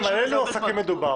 על איזה עסקים מדובר?